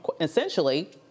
essentially